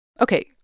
Okay